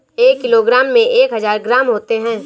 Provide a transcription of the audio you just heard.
एक किलोग्राम में एक हजार ग्राम होते हैं